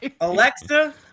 Alexa